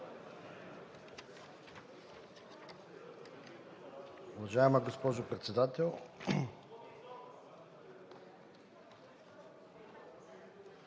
Уважаема госпожо Председател,